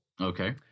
Okay